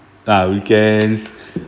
ah weekends